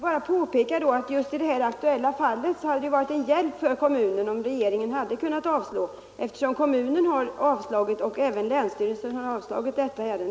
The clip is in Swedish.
Herr talman! Jag vill bara påpeka att just i det aktuella fallet hade det varit en hjälp för kommunen om regeringen avslagit ansökan, eftersom både kommunen och länsstyrelsen avstyrkt den.